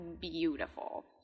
beautiful